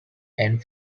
and